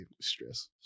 stress